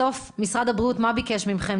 בסוף מה משרד הבריאות ביקש מכם?